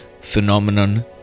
phenomenon